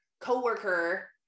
coworker